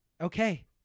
okay